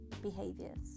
behaviors